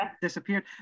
disappeared